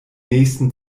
nächsten